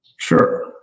Sure